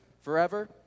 forever